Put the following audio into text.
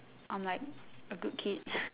I'm like a good kid